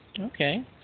Okay